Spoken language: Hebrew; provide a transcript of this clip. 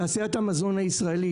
תעשיית המזון הישראלית,